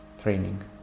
training